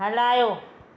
हलायो